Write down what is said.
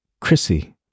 Chrissy